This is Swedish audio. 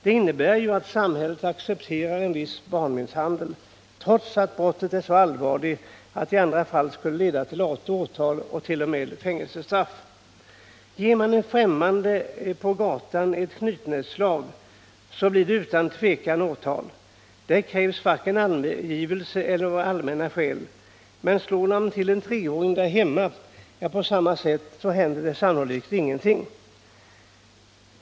Det innebär ju att samhället accepterar en viss barnmisshandel, trots att brottet är så allvarligt att det i andra fall skulle leda till åtal och t.o.m. till fängelsestraff. Ger man en främmande på gatan ett knytnävsslag, blir det utan tvekan åtal. Där krävs varken angivelse eller allmänna skäl. Men slår man till treåringen där hemma på samma sätt, händer det sannolikt ingenting.